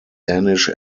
danish